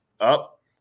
up